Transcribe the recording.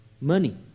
money